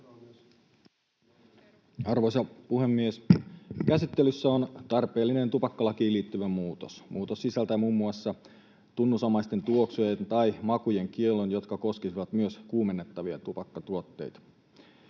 Arvoisa puhemies! Käsittelyssä on tarpeellinen tupakkalakiin liittyvä muutos. Muutos sisältää muun muassa tunnusomaisten tuoksujen ja makujen kiellon, joka koskisi myös kuumennettavia tupakkatuotteita.